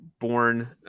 born